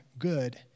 good